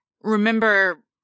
remember